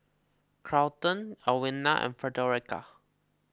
Carlton Alwina and Fredericka